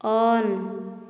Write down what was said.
on